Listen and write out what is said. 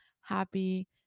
happy